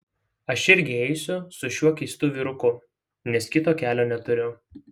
aš irgi eisiu su šiuo keistu vyruku nes kito kelio neturiu